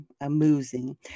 Amusing